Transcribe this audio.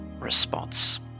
response